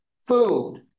food